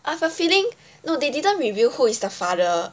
I have a feeling no they didn't reveal who is the father